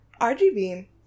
RGB